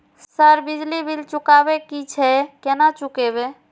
Sir बिजली bill चुकाबे की छे केना चुकेबे?